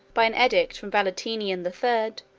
by an edict from valentinian the third,